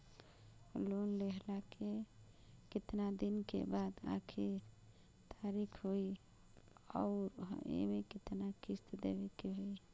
Loan लेहला के कितना दिन के बाद आखिर तारीख होई अउर एमे कितना किस्त देवे के होई?